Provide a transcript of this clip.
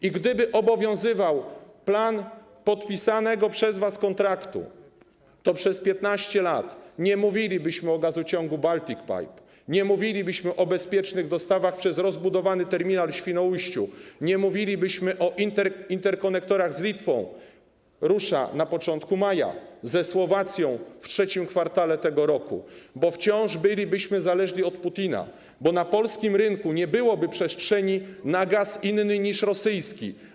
I gdyby obowiązywał plan podpisanego przez was kontraktu, to przez 15 lat nie mówilibyśmy o gazociągu Baltic Pipe, nie mówilibyśmy o bezpiecznych dostawach przez rozbudowany terminal w Świnoujściu, nie mówilibyśmy o interkonektorach z Litwą - ten rusza na początku maja - i ze Słowacją - rusza w trzecim kwartale tego roku - bo wciąż bylibyśmy zależni od Putina, na polskim rynku nie byłoby przestrzeni dla gazu innego niż rosyjski.